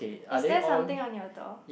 is there something on your door